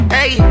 Hey